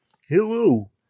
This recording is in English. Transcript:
Hello